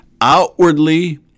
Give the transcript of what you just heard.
outwardly